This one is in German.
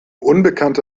unbekannte